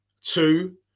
two